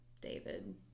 David